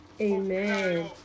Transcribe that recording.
Amen